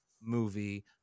movie